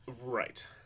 Right